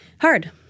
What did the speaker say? Hard